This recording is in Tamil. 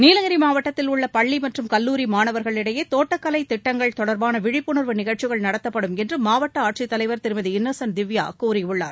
நீலகிரி மாவட்டத்தில் உள்ள பள்ளி மற்றும் கல்லூரி மாணவர்களிடையே தோட்டக்கலை திட்டங்கள் தொடர்பான விழிப்புணர்வு நிகழ்ச்சிகள் நடத்தப்படும் என்று மாவட்ட ஆட்சித்தலைவர் திருமதிஇன்னசென்ட் திவ்யா கூறியுள்ளார்